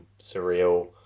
surreal